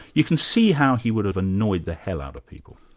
you can see how he would have annoyed the hell out of people.